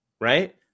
right